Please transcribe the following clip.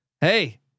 Hey